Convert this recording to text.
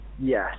yes